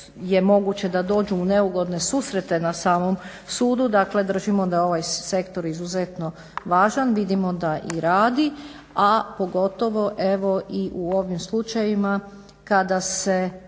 je moguće da dođu u neugodne susrete na samom sudu. Dakle, držimo da je ovaj sektor izuzetno važan. Vidimo da i radi, a pogotovo evo i u ovim slučajevima kada se